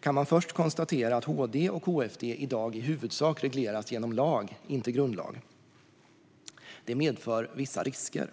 kan man först konstatera att HD och HFD i dag i huvudsak regleras genom lag, inte genom grundlag. Det medför vissa risker.